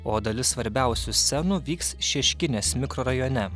o dalis svarbiausių scenų vyks šeškinės mikrorajone